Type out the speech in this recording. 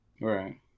Right